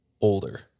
Older